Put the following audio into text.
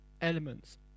elements